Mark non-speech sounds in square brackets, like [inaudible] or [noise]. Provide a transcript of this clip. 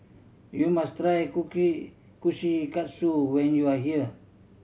you must try [unintelligible] Kushikatsu when you are here